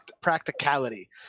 practicality